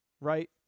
right